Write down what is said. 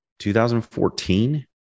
2014